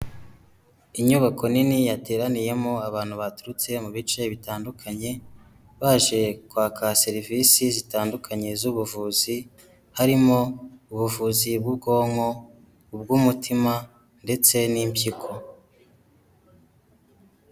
Inyubako nini yateraniyemo abantu baturutse mu bice bitandukanye baje kwaka serivisi zitandukanye z'ubuvuzi, harimo ubuvuzi bw'ubwonko, ubw'umutima ndetse n'impyiko.